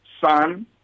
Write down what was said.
son